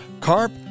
carp